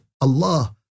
Allah